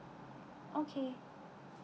okay